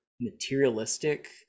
materialistic